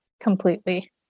completely